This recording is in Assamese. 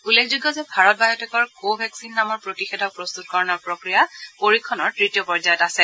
উল্লেখযোগ্য যে ভাৰত বায়টেকৰ কভেকচিন নামৰ প্ৰতিষেধক প্ৰস্তুতকৰণৰ প্ৰক্ৰিয়া পৰীক্ষণৰ তৃতীয় পৰ্যায়ত আছে